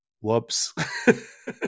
whoops